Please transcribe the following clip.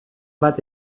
bat